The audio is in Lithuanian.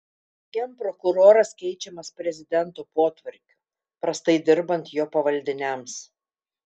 genprokuroras keičiamas prezidento potvarkiu prastai dirbant jo pavaldiniams